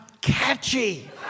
catchy